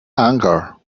anger